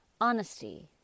honesty